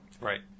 Right